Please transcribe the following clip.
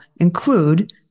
include